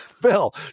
bill